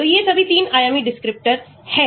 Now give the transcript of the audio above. तो ये सभी 3 आयामी descriptor हैं